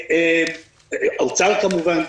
אוצר כמובן.